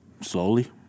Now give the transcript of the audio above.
Slowly